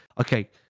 Okay